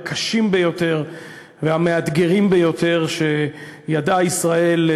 הקשים ביותר והמאתגרים ביותר שידעה ישראל,